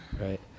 Right